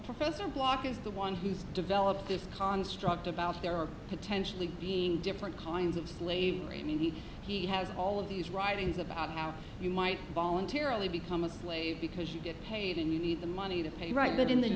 professor block is the one who has developed this construct about there are potentially being different kinds of slavery maybe he has all of these writings about how you might voluntarily become a slave because you get paid and you need the money to pay right but in the